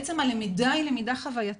בעצם הלמידה היא חווייתית,